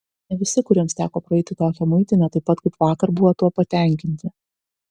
ne visi kuriems teko praeiti tokią muitinę taip pat kaip vakar buvo tuo patenkinti